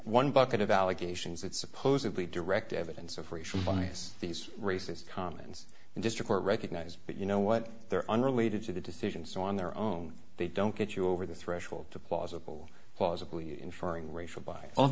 one bucket of allegations that supposedly direct evidence of racial bias these racist comments in just a court recognized that you know what they're unrelated to the decisions on their own they don't get you over the threshold to plausible plausibly inferring racial b